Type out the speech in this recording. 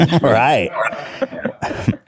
Right